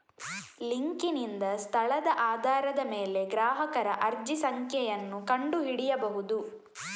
ಲಿಂಕಿನಿಂದ ಸ್ಥಳದ ಆಧಾರದ ಮೇಲೆ ಗ್ರಾಹಕರ ಅರ್ಜಿ ಸಂಖ್ಯೆಯನ್ನು ಕಂಡು ಹಿಡಿಯಬಹುದು